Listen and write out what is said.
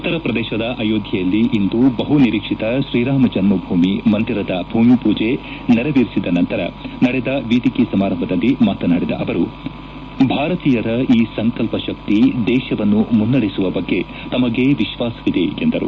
ಉತ್ತರ ಪ್ರದೇಶದ ಅಯೋಧ್ಯೆಯಲ್ಲಿ ಇಂದು ಬಹು ನಿರೀಕ್ಷಿತ ಶ್ರೀರಾಮ ಜನ್ಜಭೂಮಿ ಮಂದಿರದ ಭೂಮಿಪೂಜೆ ನೆರವೇರಿಸಿದ ನಂತರ ನಡೆದ ವೇದಿಕೆ ಸಮಾರಂಭದಲ್ಲಿ ಮಾತನಾಡಿದ ಅವರು ಭಾರತೀಯರ ಈ ಸಂಕಲ್ಪ ಶಕ್ತಿ ದೇಶವನ್ನು ಮುನ್ನಡೆಸುವ ಬಗ್ಗೆ ತಮಗೆ ವಿಶ್ವಾಸವಿದೆ ಎಂದರು